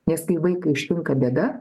nes kai vaiką ištinka bėda